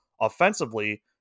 offensively